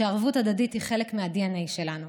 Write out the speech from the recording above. שערבות הדדית היא חלק מהדנ"א שלנו,